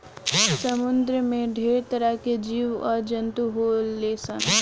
समुंद्र में ढेरे तरह के जीव आ जंतु होले सन